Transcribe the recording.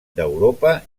d’europa